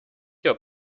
your